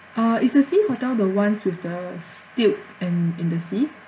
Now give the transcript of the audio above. uh is the sea hotel the ones with the stilt and in the sea